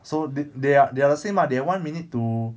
so they they are they are the same ah they have one minute to